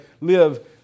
live